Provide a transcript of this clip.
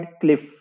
Cliff